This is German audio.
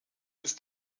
ist